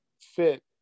fit